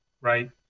right